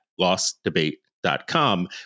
lostdebate.com